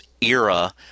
era